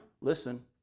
listen